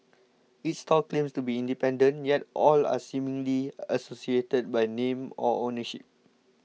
each stall claims to be independent yet all are seemingly associated by name or ownership